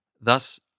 Thus